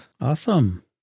Awesome